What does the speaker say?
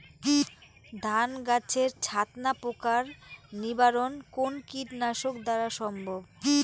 ধান গাছের ছাতনা পোকার নিবারণ কোন কীটনাশক দ্বারা সম্ভব?